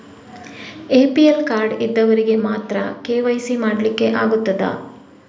APL card ಇದ್ದವರಿಗೆ ಮಾತ್ರ KYC ಮಾಡಲಿಕ್ಕೆ ಆಗುತ್ತದಾ?